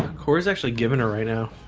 core is actually giving her right now